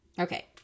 Okay